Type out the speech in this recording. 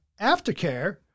aftercare